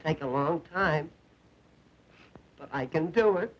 take a long time but i can do